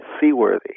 Seaworthy